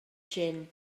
jin